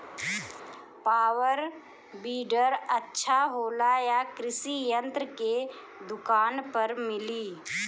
Power weeder अच्छा होला यह कृषि यंत्र के दुकान पर मिली?